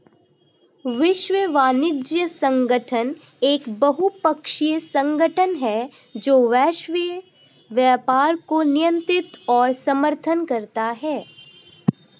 विश्व वाणिज्य संगठन एक बहुपक्षीय संगठन है जो वैश्विक व्यापार को नियंत्रित और समर्थन करता है